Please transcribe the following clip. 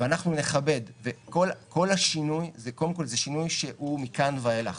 קודם כל שינוי מכאן ואילך,